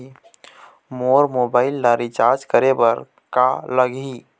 मोर mobile ला recharge करे बर का लगही?